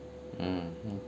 mm